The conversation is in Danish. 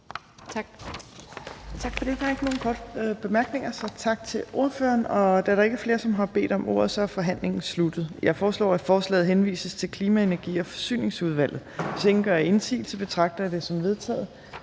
Torp): Tak for det. Der er ikke nogen korte bemærkninger, så tak til ordføreren. Da der ikke er flere, der har bedt om ordet, er forhandlingen sluttet. Jeg foreslår, at forslaget til folketingsbeslutning henvises til Klima-, Energi- og Forsyningsudvalget. Hvis ingen gør indsigelse, betragter jeg dette som vedtaget.